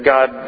God